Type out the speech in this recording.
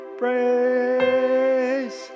praise